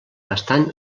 estan